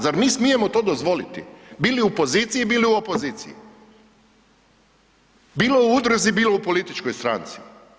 Zar mi smijemo to dozvoliti bilo u poziciji bili u opoziciji, bilo u udruzi, bilo u političkoj stranci?